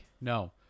No